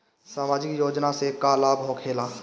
समाजिक योजना से का लाभ होखेला?